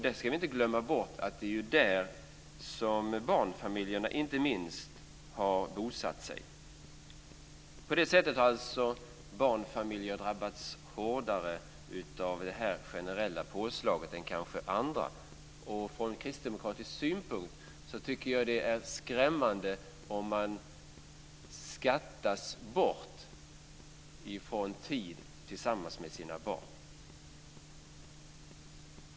Vi ska inte glömma bort att det är där som inte minst barnfamiljerna har bosatt sig. På det sättet har alltså barnfamiljerna drabbats hårdare av det här generella påslaget än andra kanske har gjort. Från kristdemokratisk synpunkt tycker jag att det är skrämmande om man skattas bort från tid tillsammans med sina barn.